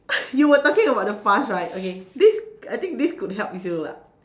you were talking about the past right okay this I think this could help you ah